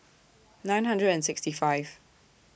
nine hundred and sixty five